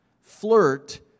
flirt